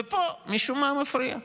ופה, משום מה, זה מפריע.